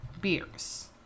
beers